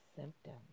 symptoms